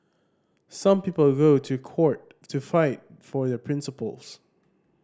some people go to court to fight for their principles